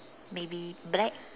maybe black